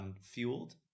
fueled